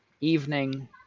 evening